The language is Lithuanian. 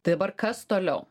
tai dabar kas toliau